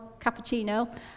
cappuccino